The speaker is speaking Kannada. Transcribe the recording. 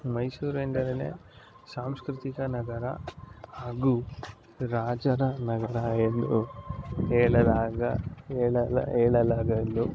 ಮೈಸೂರು ಎಂದರೇ ಸಾಂಸ್ಕೃತಿಕ ನಗರ ಹಾಗೂ ರಾಜರ ನಗರ ಎಂದು ಹೇಳಲಾಗ ಹೇಳಲ ಹೇಳಲಾಗಲು